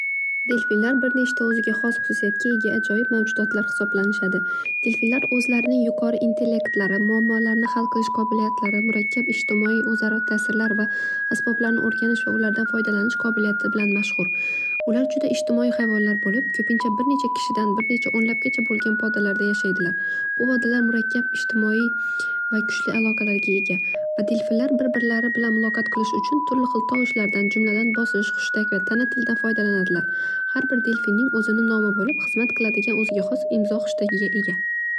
Dilfinlar bir nechta xususiyatga ega ajoyib mavjuddodlar hisoblanishadi. Dilfinlar o'zlarining yuqori intellektlari, muammolarni hal qilish qobiliyatlari, murakkab ijtimoiy o'zaro ta'sirlar va asboblarni o'ganish va ulardan foydalanish qobiliyati bilan mashhur. Ular juda ijtimoiy hayvonlar bo'lib ko'pincha bir necha kishidan bir necha o'nlabgacha bo'lgan podalarda yashaydilar. Dilfinlar murakkab ijtimoiy va kuchli aloqalarga ega va dilfinlar bir birlari bilan muloqot qilish uchun turli xil tovushlardan jumladan bosish, xushtak va tana tilidan foydalanadilar. Har bir dilfinning o'zini nomi bo'lib hizmat qiladigan o'ziga xos imzo xushtagiga ega.